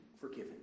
forgiven